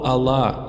Allah